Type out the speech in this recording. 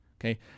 Okay